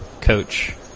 coach